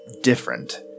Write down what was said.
different